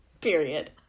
Period